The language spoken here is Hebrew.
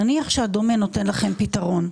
נניח שה"דומה" נותן לכם פתרון.